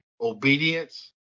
obedience